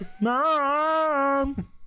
mom